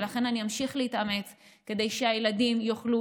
ולכן אמשיך להתאמץ כדי שהילדים יוכלו